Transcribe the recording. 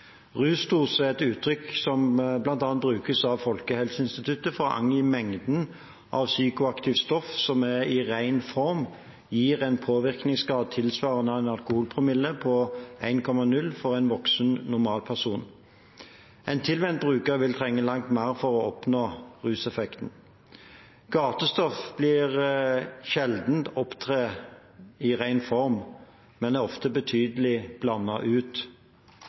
er et uttrykk som bl.a. brukes av Folkehelseinstituttet for å angi mengden av et psykoaktivt stoff som i ren form gir en påvirkningsgrad tilsvarende en alkoholpromille på 1,0 for en voksen normalperson. En tilvent bruker vil trenge langt mer for å oppnå ruseffekten. Gatestoff vil sjelden opptre i ren form, men er ofte betydelig blandet ut.